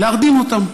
להרדים אותם.